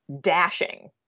dashing